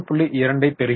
2 பெறுகிறோம்